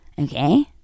okay